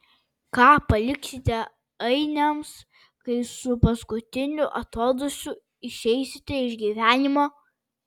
ką paliksite ainiams kai su paskutiniu atodūsiu išeisite iš gyvenimo